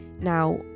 Now